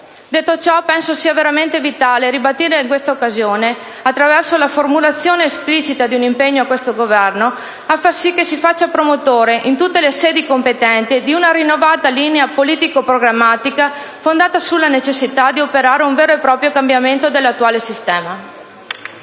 Detto ciò, penso sia veramente vitale ribadire in questa occasione, attraverso la formulazione esplicita di un impegno, l'esigenza che il Governo si faccia promotore, in tutte le sedi competenti, di una rinnovata linea politico-programmatica fondata sulla necessità di operare un vero e proprio cambiamento dell'attuale sistema.